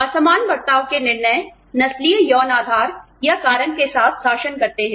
असमान बर्ताव के निर्णय नस्लीय यौन आधार या कारण के साथ शासन करते हैं